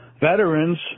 veterans